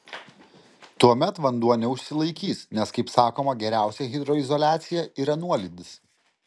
tuomet vanduo neužsilaikys nes kaip sakoma geriausia hidroizoliacija yra nuolydis